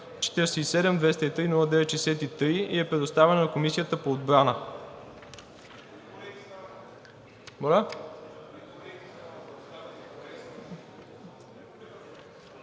47 203-09-63 и е предоставено на Комисията по отбрана.